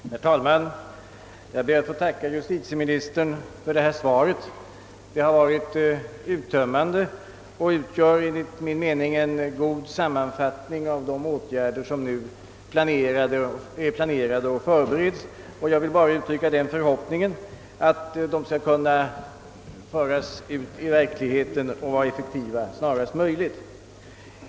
Herr talman! Jag ber att få tacka justitieministern för svaret på min fråga. Svaret var uttömmande och utgör enligt min mening en god sammanfattning av de åtgärder som förbereds. Jag uttrycker endast förhoppningen att planerna skall kunna föras ut i verkligheten och bli effektiva snarast möjligt.